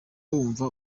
wumva